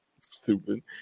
Stupid